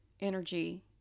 energy